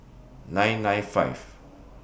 nine nine five